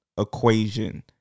equation